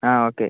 ആ ഓക്കെ